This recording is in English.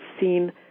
seen